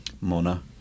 mona